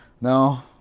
No